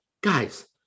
Guys